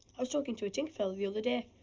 i was talking to a tinker fella the other day.